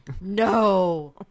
No